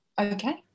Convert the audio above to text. okay